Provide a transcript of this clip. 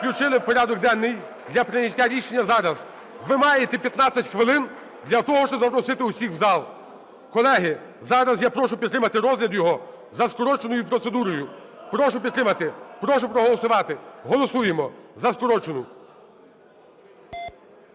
Ви маєте 15 хвилин для того, щоб запросити усіх в зал. Колеги, зараз я прошу підтримати розгляд його за скороченою процедурою. Прошу підтримати, прошу проголосувати. Голосуємо за скорочену.